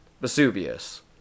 Vesuvius